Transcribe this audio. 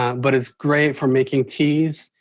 but it's great for making teas,